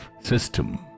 system